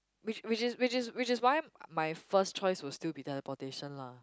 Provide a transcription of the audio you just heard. which which is which is which is why my first choice will still be teleportation lah